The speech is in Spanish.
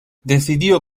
decidió